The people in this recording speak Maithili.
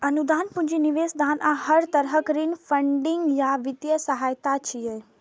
अनुदान, पूंजी निवेश, दान आ हर तरहक ऋण फंडिंग या वित्तीय सहायता छियै